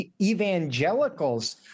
evangelicals